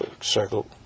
circle